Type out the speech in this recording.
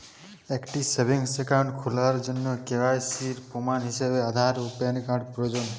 একটি savings account খোলার জন্য কে.ওয়াই.সি এর প্রমাণ হিসাবে আধার ও প্যান কার্ড প্রয়োজন